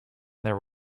there